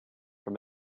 from